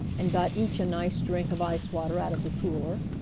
and got each a nice drink of icewater out of the cooler.